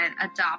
adopt